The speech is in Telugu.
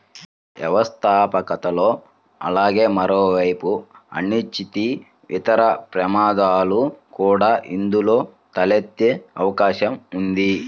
వ్యవస్థాపకతలో అలాగే మరోవైపు అనిశ్చితి, ఇతర ప్రమాదాలు కూడా ఇందులో తలెత్తే అవకాశం ఉంది